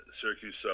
syracuse